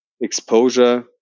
exposure